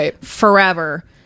forever